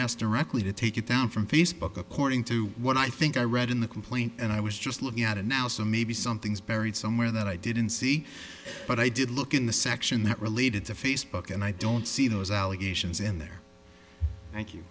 asked directly to take it down from facebook according to what i think i read in the complaint and i was just looking at it now so maybe something's buried somewhere that i didn't see but i did look in the section that related to facebook and i don't see those allegations in there thank you